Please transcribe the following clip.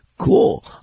cool